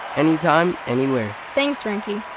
anytime, anywhere. thanks, frankie.